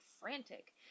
frantic